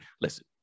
listen